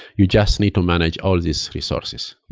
you just need to manage all these resources.